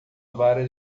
vara